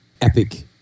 epic